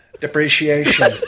depreciation